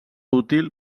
útil